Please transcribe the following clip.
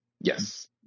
Yes